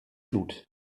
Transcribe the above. flut